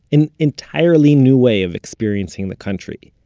an entirely new way of experiencing the country.